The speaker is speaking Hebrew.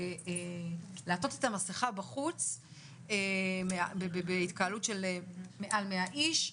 לעטות את המסכה בחוץ בהתקהלות של מעל 100 איש,